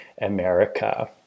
America